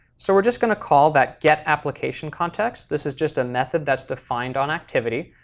so we're just going to call that getapplicationcontext. this is just a method that's defined on activity.